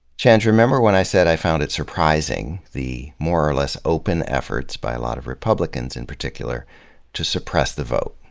chenj, remember when i said i found it surprising the more or less open efforts by a lot of republicans in particular to suppress the vote,